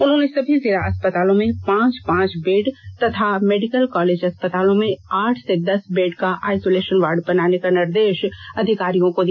उन्होंने सभी जिला अस्पतालों में पांच पांच बेड का तथा मेडिकल कॉलेज अस्पतालों में आठ से दस बेड का आईसोलेषन वार्ड बनाने का निर्देष अधिकारियों को दिया